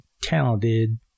talented